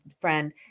friend